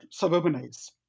suburbanize